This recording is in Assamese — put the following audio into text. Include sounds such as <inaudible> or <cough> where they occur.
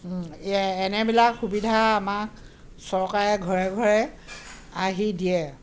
<unintelligible> এনেবিলাক সুবিধা আমাক চৰকাৰে ঘৰে ঘৰে আহি দিয়ে